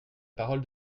parole